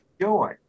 joy